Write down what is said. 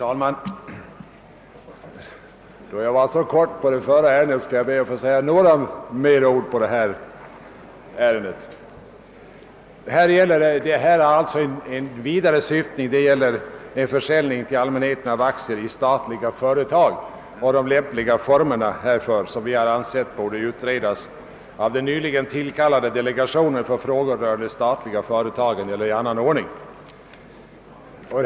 Herr talman! Eftersom mitt anförande i det förra ärendet var så kort, skall jag tillåta mig att säga litet mera i detta ärende. Det har en vidare syftning än det förra. Det gäller försäljning till allmänheten av aktier i statliga företag och de lämpliga formerna härför, som vi har ansett böra utredas av den nyligen tillkallade delegationen för frågor rörande de statliga företagen eller i annan ordning.